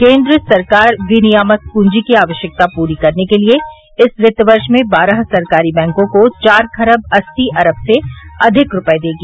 केन्द्र सरकार विनियामक पूंजी की आवश्यकता पूरी करने के लिए इस वित्त वर्ष में बारह सरकारी बैंकों को चार खरब अस्सी अरब से अधिक रुपये देगी